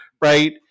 right